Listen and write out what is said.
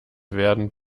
werden